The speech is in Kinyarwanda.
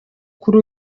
kuri